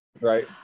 Right